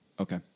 Okay